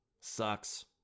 Sucks